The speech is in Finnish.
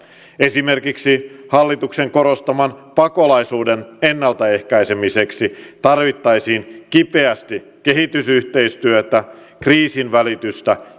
esimerkiksi hallituksen korostaman pakolaisuuden ennaltaehkäisemiseksi tarvittaisiin kipeästi kehitysyhteistyötä kriisinvälitystä